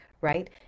right